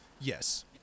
Yes